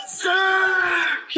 sick